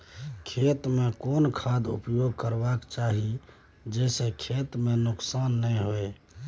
खेत में कोन खाद उपयोग करबा के चाही जे स खेत में नुकसान नैय होय?